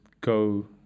go